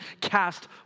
cast